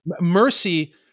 mercy